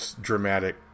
dramatic